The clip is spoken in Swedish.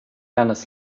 hennes